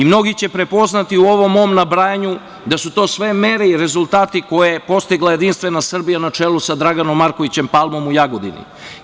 Mnogi će prepoznati u ovom mom nabrajanju da su to sve mere i rezultati koje je postigla Jedinstvena Srbija na čelu sa Draganom Markovićem Palmom u Jagodini.